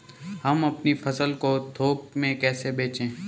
हम अपनी फसल को थोक में कैसे बेचें?